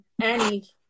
Annie